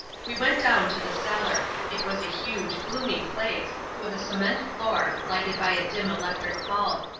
we went down to the cellar. it was a huge, gloomy place, with a cement floor, lighted by a dim electric bulb.